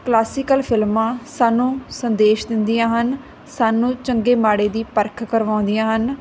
classical ਫਿਲਮਾਂ ਸਾਨੂੰ ਸੰਦੇਸ਼ ਦਿੰਦੀਆਂ ਹਨ ਸਾਨੂੰ ਚੰਗੇ ਮਾੜੇ ਦੀ ਪਰਖ ਕਰਵਾਉਂਦੀਆਂ ਹਨ